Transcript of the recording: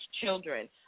children